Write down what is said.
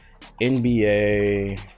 NBA